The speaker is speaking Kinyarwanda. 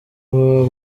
baba